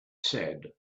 said